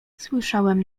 słyszałem